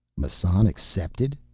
massan accepted?